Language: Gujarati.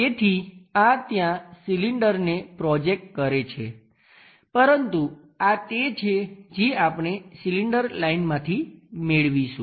તેથી આ ત્યાં સિલિન્ડરને પ્રોજેકટ કરે છે પરંતુ આ તે છે જે આપણે સિલિન્ડર લાઈન માંથી મેળવીશું